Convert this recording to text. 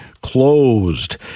closed